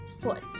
foot